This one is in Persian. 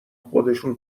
خودشون